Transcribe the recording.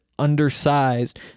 undersized